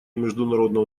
международного